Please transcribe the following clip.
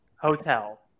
Hotel